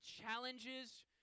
challenges